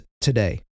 today